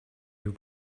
you